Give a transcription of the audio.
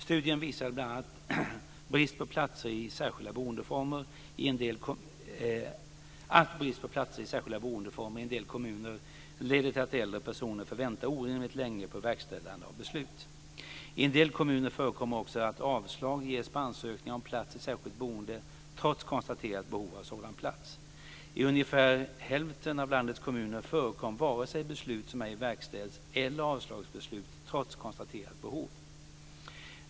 Studien visade bl.a. att brist på platser i särskilda boendeformer i en del kommuner leder till att äldre personer får vänta orimligt länge på verkställande av beslut. I en del kommuner förekommer också att avslag ges på ansökningar om plats i särskilt boende trots konstaterat behov av sådan plats. I ungefär hälften av landets kommuner förekom varken beslut som ej verkställs eller avslagsbeslut trots konstaterat behov.